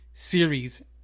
series